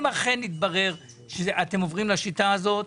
אם אכן יתברר שאתם עוברים לשיטה הזאת,